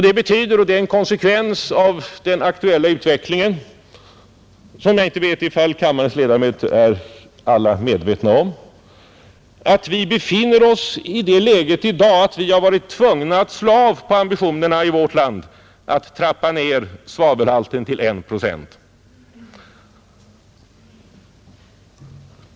Det betyder — och det är en konsekvens av den aktuella utvecklingen som jag inte vet om alla kammarens ledamöter är medvetna om — att vi befinner oss i det läget i dag att vi har varit tvungna att slå av på ambitionerna att trappa ned svavelhalten till 1 procent.